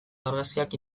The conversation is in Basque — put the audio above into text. argazkiak